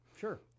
sure